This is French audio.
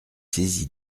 saisi